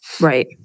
Right